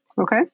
Okay